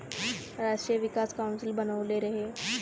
राष्ट्रीय विकास काउंसिल बनवले रहे